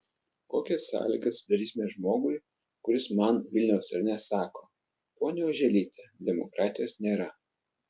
kokias sąlygas sudarysime žmogui kuris man vilniaus rajone sako ponia oželyte demokratijos nėra